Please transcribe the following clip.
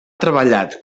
treballat